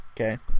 Okay